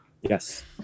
Yes